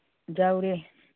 ꯌꯥꯎꯔꯤ